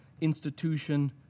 institution